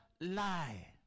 lie